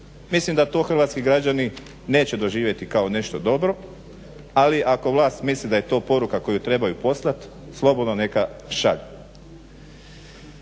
Mislim da to hrvatski građani neće doživjeti kao nešto dobro ali ako vlast misli da je to poruka koju trebaju poslati slobodno neka šalju.